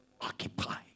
Occupied